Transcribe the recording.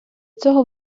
цього